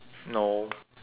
no